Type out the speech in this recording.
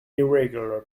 irregular